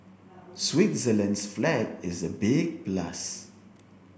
Switzerland's flag is a big plus